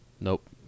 Nope